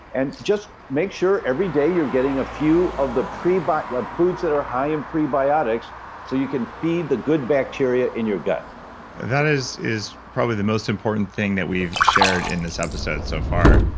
and just make sure every day you're getting a few of the foods that are high in prebiotics so you can feed the good bacteria in your gut that is is probably the most important thing that we've shared in this episode so far.